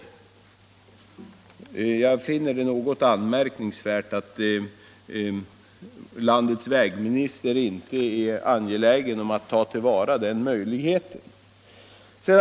Och jag finner det anmärkningsvärt att landets vägminister inte är angelägen om att tillvarata den möjligheten.